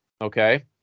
Okay